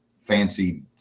fancy